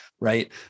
Right